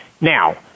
Now